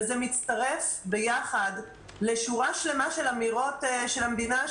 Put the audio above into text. זה מצטרף ביחד לשורה שלמה של אמירות של המדינה,